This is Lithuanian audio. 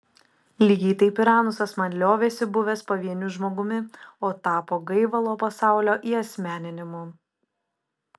lygiai taip ir anusas man liovėsi buvęs pavieniu žmogumi o tapo gaivalo pasaulio įasmeninimu